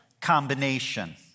combination